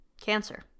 cancer